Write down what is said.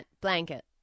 blanket